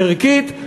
ערכית,